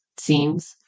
seems